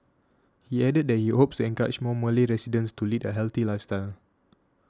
he added that he hopes encourage more Malay residents to lead a healthy lifestyle